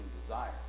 desire